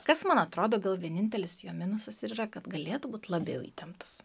kas man atrodo gal vienintelis jo minusas ir yra kad galėtų būti labiau įtemptas